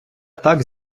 так